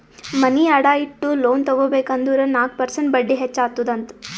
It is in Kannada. ಮನಿ ಅಡಾ ಇಟ್ಟು ಲೋನ್ ತಗೋಬೇಕ್ ಅಂದುರ್ ನಾಕ್ ಪರ್ಸೆಂಟ್ ಬಡ್ಡಿ ಹೆಚ್ಚ ಅತ್ತುದ್ ಅಂತ್